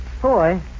Boy